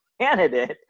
candidate